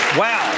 wow